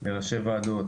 בין ראשי ועדות